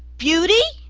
beauty!